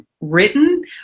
written